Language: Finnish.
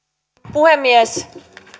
puhemies